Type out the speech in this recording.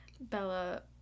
Bella